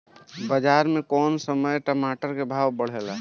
बाजार मे कौना समय मे टमाटर के भाव बढ़ेले?